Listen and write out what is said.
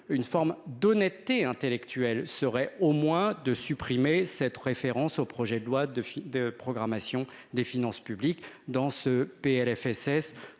une forme d'honnêteté intellectuelle serait au moins de supprimer cette référence au projet de loi de de programmation des finances publiques dans ce PLFSS